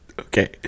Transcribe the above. Okay